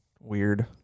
weird